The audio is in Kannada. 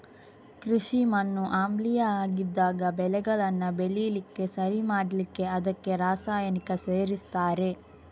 ಕೃಷಿ ಮಣ್ಣು ಆಮ್ಲೀಯ ಆಗಿದ್ದಾಗ ಬೆಳೆಗಳನ್ನ ಬೆಳೀಲಿಕ್ಕೆ ಸರಿ ಮಾಡ್ಲಿಕ್ಕೆ ಅದಕ್ಕೆ ರಾಸಾಯನಿಕ ಸೇರಿಸ್ತಾರೆ